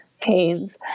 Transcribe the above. pains